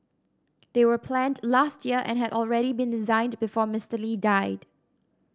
they were planned last year and had already been designed before Mister Lee died